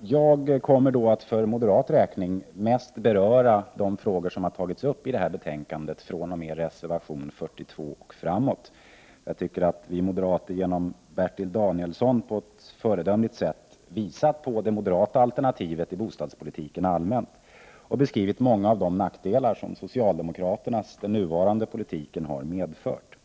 Jag kommer för moderaternas räkning att mest beröra de frågor som tagits upp i reservation 42 och följande reservationer. Jag tycker att moderaterna genom Bertil Danielsson på ett föredömligt sätt redovisat det moderata alternativet till bostadspolitiken i stort. Han har beskrivit många av de nackdelar som socialdemokraternas bostadspolitik medfört.